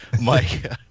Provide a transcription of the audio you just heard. Mike